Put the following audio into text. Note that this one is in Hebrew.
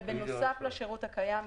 ובנוסף לשירות הקיים,